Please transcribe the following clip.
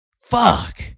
fuck